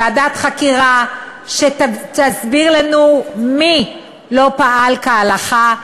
ועדת חקירה שתסביר לנו מי לא פעל כהלכה,